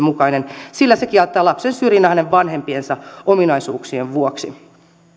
mukainen sillä se kieltää lapsen syrjinnän hänen vanhempiensa ominaisuuksien vuoksi